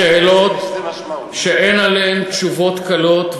בשאלות שאין עליהן תשובות קלות,